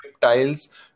tiles